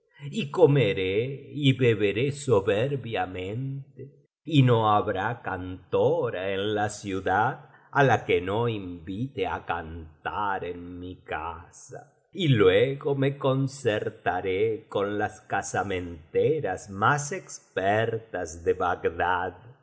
y comeré y beberé soberbiamente y no habrá cantora en la ciudad á la que no invite á cantar en mi casa y luego me concertaré con las casamenteras más espertas de bagdad